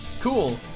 Cool